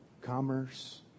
commerce